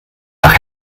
nach